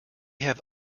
have